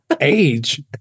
Age